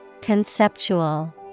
Conceptual